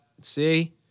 See